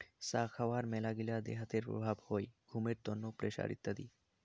চা খাওয়ার মেলাগিলা দেহাতের প্রভাব হই ঘুমের তন্ন, প্রেসার ইত্যাদি